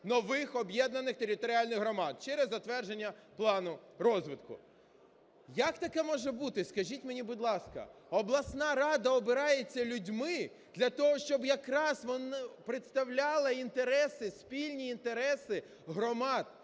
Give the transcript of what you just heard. нових об'єднаних територіальних громад через затвердження плану розвитку. Як таке може бути, скажіть мені, будь ласка? Обласна рада обирається людьми для того, щоб якраз вона представляла інтереси, спільні інтереси громад.